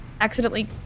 accidentally